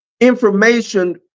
information